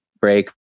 break